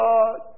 God